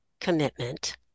commitment